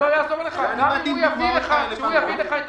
גם אם הוא יביא לך את